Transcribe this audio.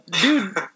dude